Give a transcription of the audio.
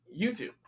YouTube